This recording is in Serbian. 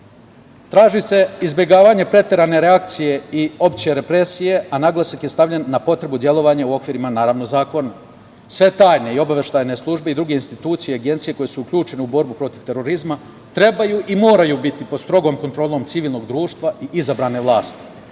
moći. Traži se izbegavanje preterane reakcije i opšte represije, a naglasak je stavljen na potrebu delovanja u okvirima, naravno, zakona. Sve tajne i obaveštajne službe i druge institucije i agencije koje su uključene u borbu protiv terorizma trebaju i moraju biti pod strogom kontrolom civilnog društva i izabrane vlasti.